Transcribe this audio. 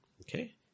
Okay